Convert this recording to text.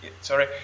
sorry